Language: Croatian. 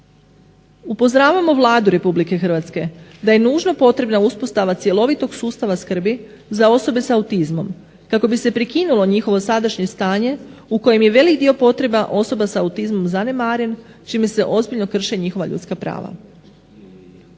Upozoravamo Vladu RH da je nužno potrebna uspostava cjelovitog sustava skrbi za osobe sa autizmom kako bi se prekinulo njihovo sadašnje stanje u kojem je veliki dio potreba osoba sa autizmom zanemaren čime se ozbiljno krše njihova ljudska prava.